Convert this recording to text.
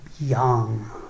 young